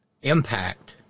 impact